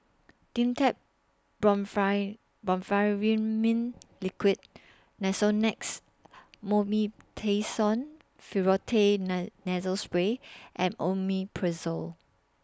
Dimetapp Brompheniramine Liquid Nasonex Mometasone Furoate Nasal Spray and Omeprazole